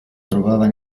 trovava